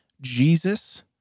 Jesus